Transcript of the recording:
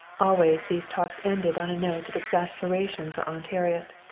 always these talks ended on a note of exasperation for aunt harriet.